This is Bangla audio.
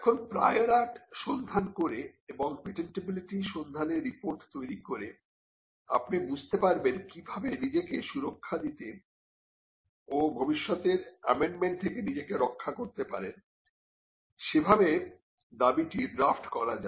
এখন প্রায়র আর্ট সন্ধান করে এবং পেটেন্টিবিলিটি সন্ধানের রিপোর্ট তৈরী করে আপনি বুঝতে পারবেন কিভাবে নিজেকে সুরক্ষা দিতে ও ভবিষ্যতের অ্যামেন্ডমেন্ট থেকে নিজেকে রক্ষা করতে পারেন সেভাবে দাবিটি ড্রাফ্ট করা যায়